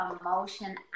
emotion